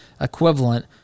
equivalent